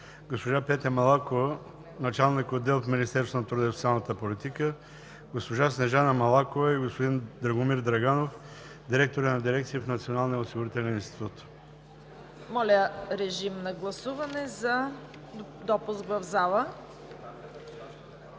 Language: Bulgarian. госпожа Петя Малакова – началник-отдел в Министерството на труда и социалната политика; госпожа Снежана Малакова и господин Драгомир Драганов – директори на дирекции в Националния осигурителен институт. ПРЕДСЕДАТЕЛ ЦВЕТА КАРАЯНЧЕВА: Моля, режим на гласуване за допуск в залата.